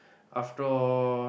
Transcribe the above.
after all